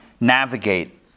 navigate